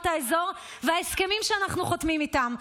האזור וההסכמים שאנחנו חותמים איתן.